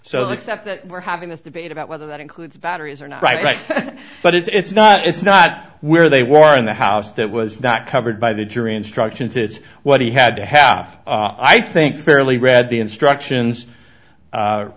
so except that we're having this debate about whether that includes batteries or not right but it's not it's not where they were in the house that was not covered by the jury instructions it's what he had to half i think fairly read the instructions